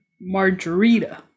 Margarita